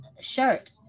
shirt